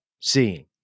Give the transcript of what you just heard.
seeing